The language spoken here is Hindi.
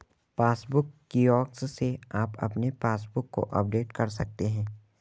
पासबुक किऑस्क से आप अपने पासबुक को अपडेट कर सकते हैं